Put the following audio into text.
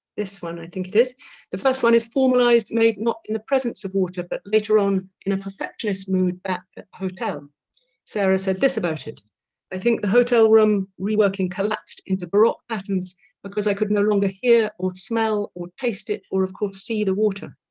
this one i think it is the first one is formalized made not in the presence of water but later on in a perfectionist mood back hotel sarah said this about it i think the hotel room reworking collapsed into baroque patterns because i could no longer hear or smell or taste it or of course see the water.